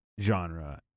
genre